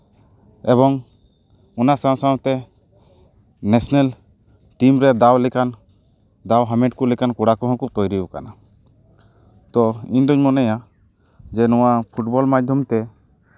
ᱮᱵᱚᱝ ᱚᱱᱟ ᱥᱟᱶ ᱥᱟᱶᱛᱮ ᱱᱮᱥᱮᱱᱮᱞ ᱴᱤᱢ ᱨᱮ ᱫᱟᱣ ᱞᱮᱠᱟᱱ ᱫᱟᱣ ᱦᱟᱢᱮᱴ ᱠᱚ ᱞᱮᱠᱟᱱ ᱠᱚᱲᱟ ᱠᱚᱦᱚᱸ ᱠᱚ ᱛᱳᱭᱨᱤ ᱠᱟᱱᱟ ᱛᱳ ᱤᱧ ᱫᱩᱧ ᱢᱚᱱᱮᱭᱟ ᱡᱮ ᱱᱚᱣᱟ ᱯᱷᱩᱴᱵᱚᱞ ᱢᱟᱫᱽᱫᱷᱚᱢ ᱛᱮ